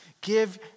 Give